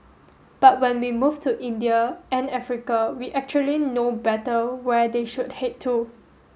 but when we move to India and Africa we actually know better where they should head to